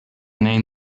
name